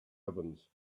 ovens